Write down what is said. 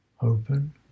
open